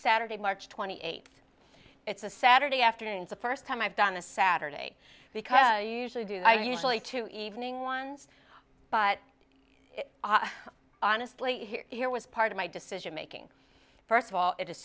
saturday march twenty eighth it's a saturday afternoon the first time i've done a saturday because usually do i usually two evening ones but honestly here was part of my decision making first of all it is